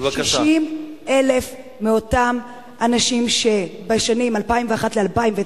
60,000 מאותם אנשים בשנים 2001 2009,